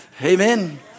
Amen